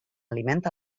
aliment